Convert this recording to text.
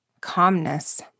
calmness